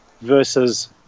versus